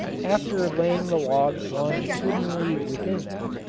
after laying the logs longitudinally within them,